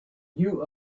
knew